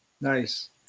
Nice